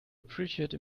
appreciate